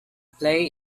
play